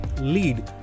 lead